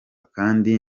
kandi